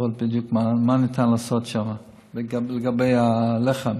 לראות בדיוק מה ניתן לעשות שם לגבי הלחם.